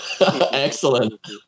Excellent